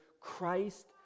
Christ